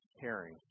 Caring